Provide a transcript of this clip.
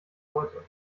leute